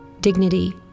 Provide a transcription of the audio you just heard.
dignity